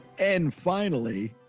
and finally,